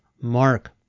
Mark